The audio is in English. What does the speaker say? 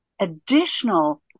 additional